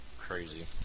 crazy